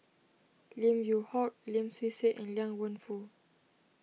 Lim Yew Hock Lim Swee Say and Liang Wenfu